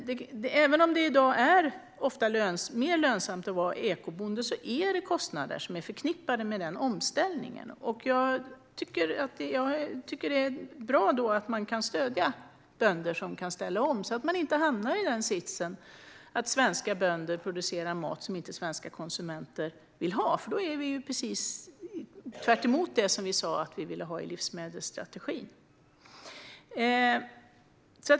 Även om det i dag är mer lönsamt att vara ekobonde är det kostnader förknippade med den omställningen. Då är det bra om man kan stödja bönder som vill ställa om, så att man inte hamnar i den sitsen att svenska bönder producerar mat som svenska konsumenter inte vill ha. Det skulle vara tvärtemot det som vi ville ha i livsmedelsstrategin.